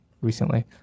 recently